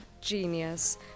genius